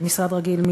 משרד רגיל,